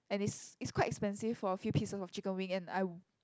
and it's it's quite expensive for a few pieces of chicken wing and I